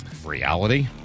reality